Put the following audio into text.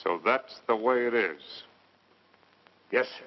so that's the way it is yes